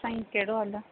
हा साईं कहिड़ो हाल आहे